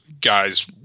guys